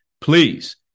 please